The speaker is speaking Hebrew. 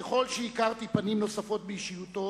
ככל שהכרתי פנים נוספות באישיותו,